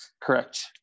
Correct